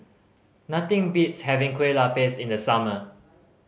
nothing beats having kue lupis in the summer